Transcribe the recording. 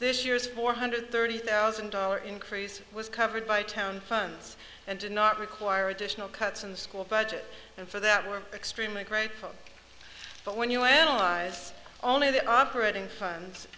this year's four hundred thirty thousand dollar increase was covered by town funds and did not require additional cuts in the school budget and for that we're extremely grateful but when you analyze only the operating fund